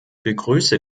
begrüße